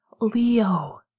Leo